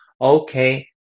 okay